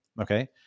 Okay